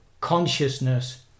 consciousness